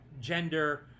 gender